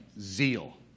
zeal